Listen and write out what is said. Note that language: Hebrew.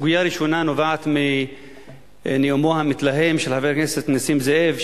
הסוגיה הראשונה נובעת מנאומו המתלהם של חבר הכנסת נסים זאב,